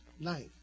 life